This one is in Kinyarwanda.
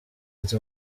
ati